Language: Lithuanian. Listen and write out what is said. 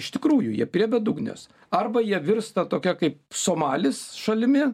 iš tikrųjų jie prie bedugnės arba jie virsta tokia kaip somalis šalimi